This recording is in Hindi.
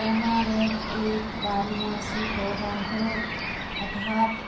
ऐमारैंथ एक बारहमासी पौधा है अर्थात